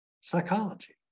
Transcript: psychology